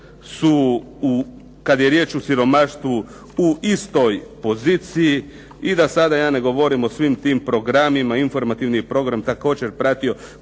su kada je o siromaštvu riječ u istoj poziciji i da ja sada ja ne govorim o svim tim programima, informativni program također pratio